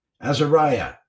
Azariah